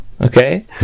Okay